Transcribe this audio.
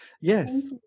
yes